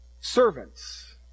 servants